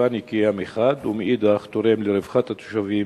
לסביבה נקייה מחד, ומאידך תורם לרווחת התושבים,